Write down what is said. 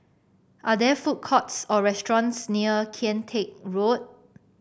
are there food courts or restaurants near Kian Teck Road